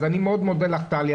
אז אני מאוד מודה לך טלי,